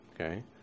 Okay